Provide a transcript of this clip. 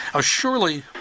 Surely